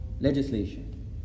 legislation